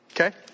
Okay